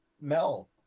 Mel